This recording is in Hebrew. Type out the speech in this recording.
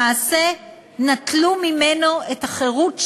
למעשה נטלו ממנו את החירות שלו,